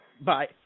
Bye